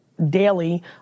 daily